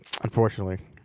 unfortunately